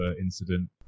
incident